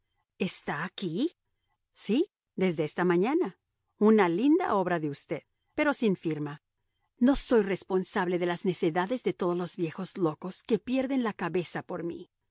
está aquí sí desde esta mañana una linda obra de usted pero sin firma no soy responsable de las necedades de todos los viejos locos que pierden la cabeza por mí